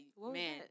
man